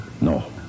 No